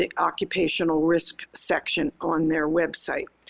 and occupational risk section on their website.